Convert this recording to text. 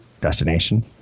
destination